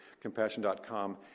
Compassion.com